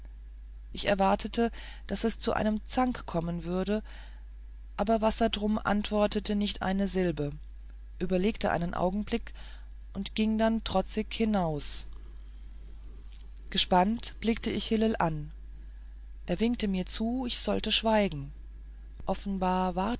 ich erwartete daß es zu einem zank kommen würde aber wassertrum antwortete nicht eine silbe überlegte einen augenblick und ging dann trotzig hinaus gespannt blickte ich hillel an er winkte mir zu ich solle schweigen offenbar